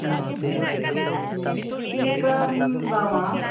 ᱟᱪᱷᱟ ᱪᱮᱫ ᱞᱮᱠᱟᱢ ᱫᱟᱢᱟ